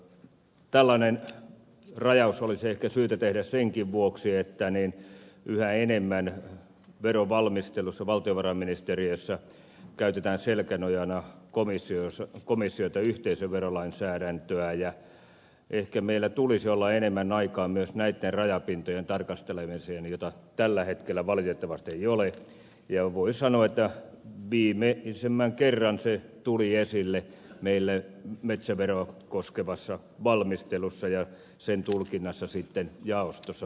tällainen rajaus olisi ehkä syytä tehdä senkin vuoksi että yhä enemmän verovalmistelussa valtiovarainministeriössä käytetään selkänojana komission yhteisöverolainsäädäntöä ja ehkä meillä tulisi olla myös näitten rajapintojen tarkastelemiseen enemmän aikaa jota tällä hetkellä valitettavasti ei ole ja voi sanoa että viimeisimmän kerran se tuli esille meille metsäveroa koskevassa valmistelussa ja sen tulkinnassa sitten jaostossa myöhemmin